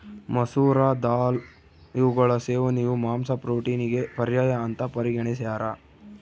ಮಸೂರ ದಾಲ್ ಇವುಗಳ ಸೇವನೆಯು ಮಾಂಸ ಪ್ರೋಟೀನಿಗೆ ಪರ್ಯಾಯ ಅಂತ ಪರಿಗಣಿಸ್ಯಾರ